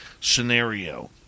scenario